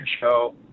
show